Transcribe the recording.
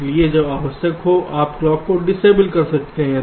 इसलिए जब आवश्यक हो आप ब्लॉक को डिसएबल कर सकते हैं